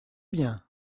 bien